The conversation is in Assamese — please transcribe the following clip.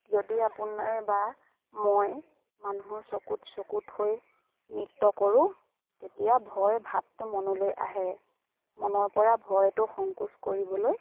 যদি আপোনোন নাই বা মই মানুহৰ চকুত চকুত হৈ নৃত্য কৰোঁ তেতিয়া ভয় ভাৱটো মনলৈ আহে মনৰ পৰা ভয়টো সংকোচ কৰিবলৈ